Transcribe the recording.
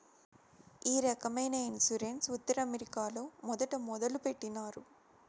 ఈ రకమైన ఇన్సూరెన్స్ ఉత్తర అమెరికాలో మొదట మొదలుపెట్టినారు